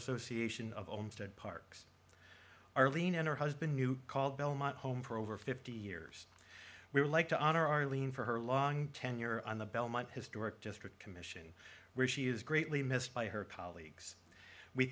association of own state parks arlene and her husband knew called belmont home for over fifty years we would like to honor arlene for her long tenure on the belmont historic district commission where she is greatly missed by her colleagues we